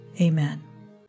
Amen